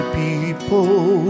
people